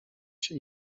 się